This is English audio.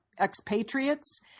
Expatriates